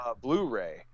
blu-ray